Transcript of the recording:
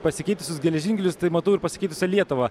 pasikeitusius geležinkelius tai matau ir pasikeitusią lietuvą